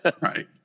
Right